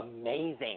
amazing